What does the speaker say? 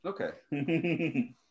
Okay